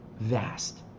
vast